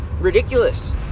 ridiculous